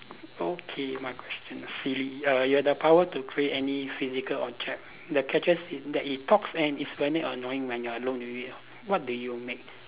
okay my question silly uh you have the power to create any physical object the catch is that it talks and it's very annoying when you are alone with it what do you make